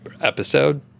episode